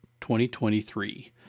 2023